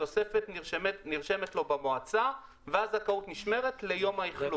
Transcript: התוספת נרשמת לו במועצה והזכאות נשמרת ליום האכלוס.